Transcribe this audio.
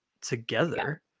together